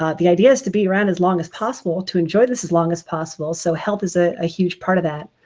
ah the idea is to be around as long as possible, to enjoy this as long as possible, so health is a ah huge part of that.